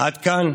עד כאן,